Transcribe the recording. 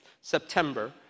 September